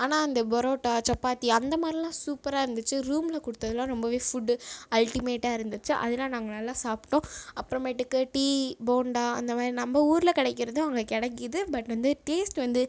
ஆனால் அந்த பரோட்டா சப்பாத்தி அந்த மாதிரிலாம் சூப்பராக இருந்துச்சு ரூமில் கொடுத்ததுலாம் ரொம்பவே ஃபுட் அல்டிமேட்டாக இருந்துச்சு அதெல்லாம் நாங்கள் நல்லா சாப்பிட்டோம் அப்புறமேட்டுக்கு டீ போண்டா அந்த மாதிரி நம்ம ஊரில் கிடைக்கறது அங்கே கிடைக்குது பட் வந்து டேஸ்ட் வந்து